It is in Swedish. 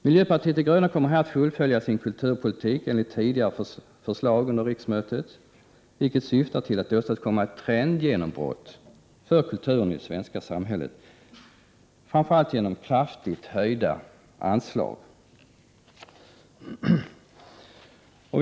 Miljöpartiet de gröna kommer här att fullfölja sin kulturpolitik enligt tidigare förslag under riksmötet, vilken syftar till att åstadkomma ett trendgenombrott för kulturen i det svenska samhället, framför allt genom en kraftig höjning av anslagen.